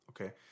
Okay